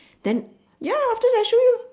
then ya after that I show you